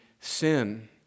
sin